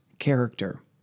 character